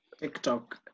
TikTok